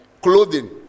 clothing